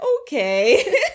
okay